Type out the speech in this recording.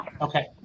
Okay